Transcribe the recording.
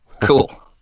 Cool